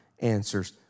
answers